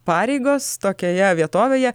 pareigos tokioje vietovėje